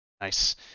Nice